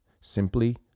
simply